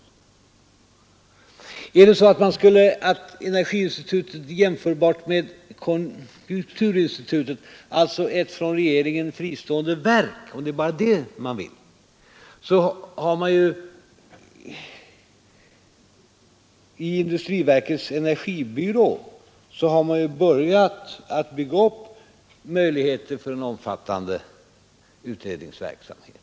För det andra: Om det är bara det man vill att energiinstitutet skall vara jämförbart med konjunkturinstitutet, alltså vara ett från regeringen fristående verk, så vill jag nämna att man i industriverkets energibyrå börjat bygga upp möjligheter för en omfattande utredningsverksamhet.